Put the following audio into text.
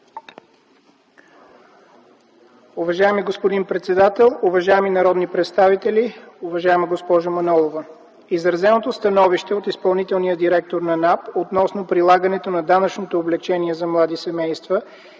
Уважаеми господин председател, уважаеми народни представители, уважаема госпожо Манолова! Изразеното становище на изпълнителния директор на НАП относно прилагането на данъчните облекчения за млади семейства